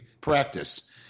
practice